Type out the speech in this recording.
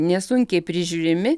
nesunkiai prižiūrimi